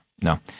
No